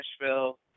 Nashville